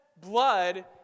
Blood